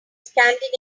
scandinavian